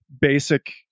basic